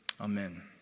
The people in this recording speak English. Amen